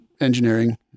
engineering